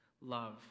love